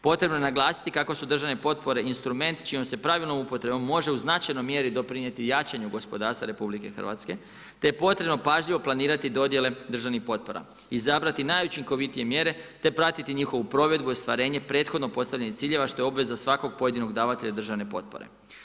Potrebno je naglasiti kako su državne potpore instrument čijom se pravilnom upotrebom može u značajnoj mjeri doprinijeti jačanju gospodarstva RH te je potrebno pažljivo planirati dodjele državnih potpora, izabrati najučinkovitije mjere te pratiti njihovu provedbu i ostvarenje prethodno postavljenih ciljeva što je obveza svakog pojedinog davatelja državne potpore.